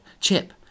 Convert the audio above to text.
Chip